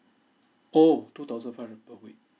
oh two thousand five hundred above wait